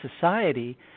society